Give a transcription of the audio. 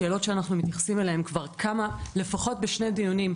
שאלות שאנחנו מתייחסים אליהן לפחות בשני דיונים,